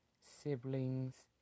siblings